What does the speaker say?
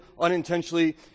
unintentionally